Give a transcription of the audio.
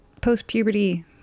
post-puberty